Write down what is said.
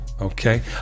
okay